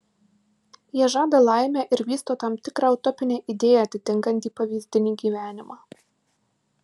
jie žada laimę ir vysto tam tikrą utopinę idėją atitinkantį pavyzdinį gyvenimą